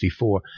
1964